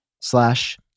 slash